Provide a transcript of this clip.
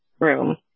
room